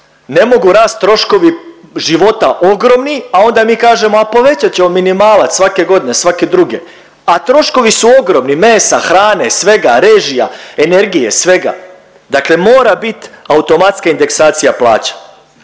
ne mogu rast troškovi života ogromni, a onda mi kažemo a povećat ćemo minimalac svake godine, svake druge, a troškovi su ogromni mesa, hrane, svega, režija, energije, svega. Dakle, mora bit automatska indeksacija plaća.